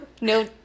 No